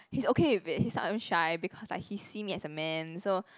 he's okay with it he stop being shy because like he see me as a man so